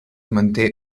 manté